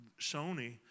Sony